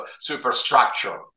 superstructure